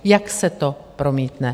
Jak se to promítne?